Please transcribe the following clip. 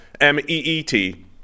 M-E-E-T